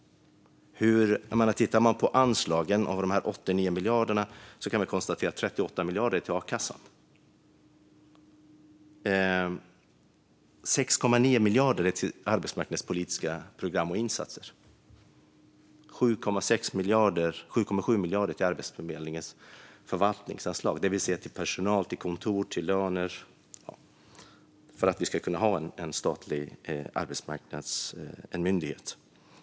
Vi kan titta på anslagen. Av de 89 miljarderna går 38 miljarder till akassan. 6,9 miljarder går till arbetsmarknadspolitiska program och insatser. 7,7 miljarder är Arbetsförmedlingens förvaltningsanslag, det vill säga personal, kontor, löner och så vidare för att vi ska kunna ha en statlig arbetsmarknadsmyndighet.